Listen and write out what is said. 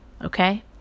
Okay